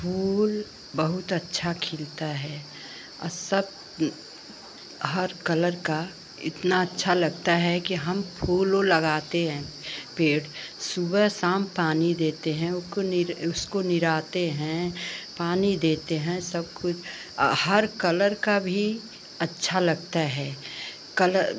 फूल बहुत अच्छा खिलता है और सब हर कलर का इतना अच्छा लगता है कि हम फूल ऊल लगाते हैं पेड़ सुबह शाम पानी देते हैं उको निर उसको निराते हैं पानी देते हैं सब कुछ हर कलर का भी अच्छा लगता है कलर